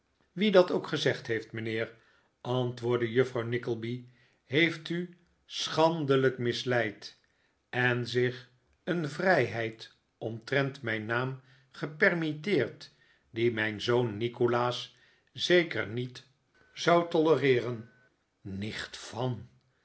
wie dat ook gezegd heeft mijnheer antwoordde juffrouw nickleby heeft u schandelijk misleid en zich een vrijheid omtrent mijn naam gepermitteerd die mijn zoon nikolaas zeker niet zou tolereeren nicht van